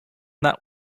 that